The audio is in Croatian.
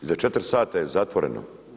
Iza 4 sata je zatvoreno.